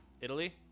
Italy